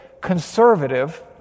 conservative